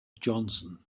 johnson